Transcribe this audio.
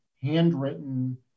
handwritten